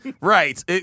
right